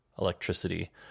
electricity